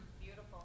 Beautiful